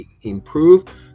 improve